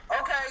Okay